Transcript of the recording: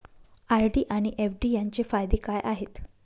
RD आणि FD यांचे फायदे काय आहेत?